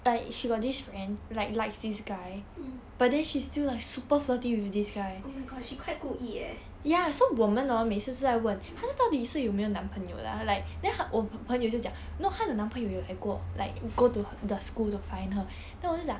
mm oh my god she quite 故意 eh